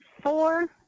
four